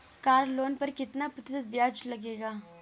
Car loan पर कितना प्रतिशत ब्याज लगेगा?